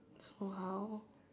!wow!